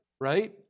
right